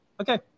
Okay